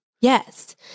Yes